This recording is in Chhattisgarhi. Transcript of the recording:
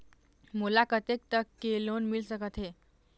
मोला कतेक तक के लोन मिल सकत हे?